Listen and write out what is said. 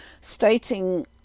stating